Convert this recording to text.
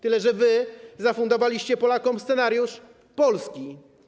Tyle, że wy zafundowaliście Polakom scenariusz polski.